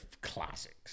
Classics